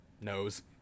knows